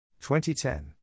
2010